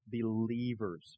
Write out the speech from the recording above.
believers